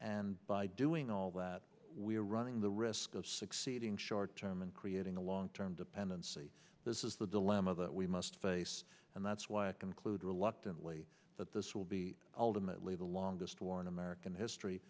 and by doing all that we are running the risk of succeeding short term and creating a long term dependency this is the dilemma that we must face and that's why i conclude reluctantly that this will be ultimately the longest war in american history